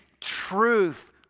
truth